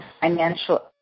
financial